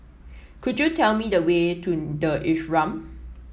could you tell me the way to the Ashram